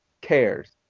cares